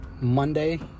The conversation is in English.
Monday